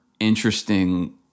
interesting